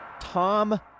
Tom